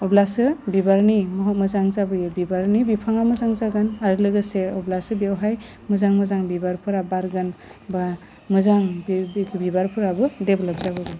अब्लासो बिबारनि महर मोजां जाबोयो बिबारनि बिफाङा मोजां जागोन आरो लोगोसे अब्लासो बेवहाय मोजां मोजां बिबारफोरा बारगोन बा मोजां बे बि बिबारफोराबो डेभ्लप जाबोगोन